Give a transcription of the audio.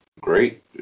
great